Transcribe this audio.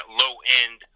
low-end